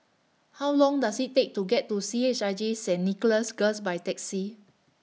How Long Does IT Take to get to C H I J Saint Nicholas Girls By Taxi